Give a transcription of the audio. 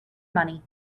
money